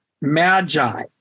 magi